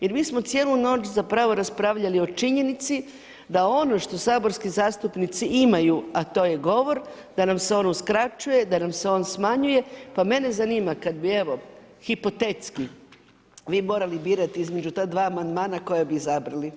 Jer mi smo cijelu noć, zapravo raspravljali o činjenici da ono što saborski zastupnici imaju, a to je govor, da nam se on uskraćuje, da nam se on smanjuje, pa mene zanima kad bi evo, hipotetski, vi morali birati između ta dva amandmana koji bi izabrali.